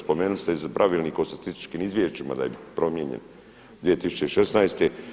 Spomenuli ste i Pravilnik o statističkim izvješćima da je promijenjen 2016.